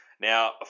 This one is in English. Now